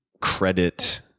credit